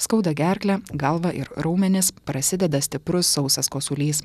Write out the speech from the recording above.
skauda gerklę galvą ir raumenis prasideda stiprus sausas kosulys